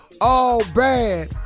all-bad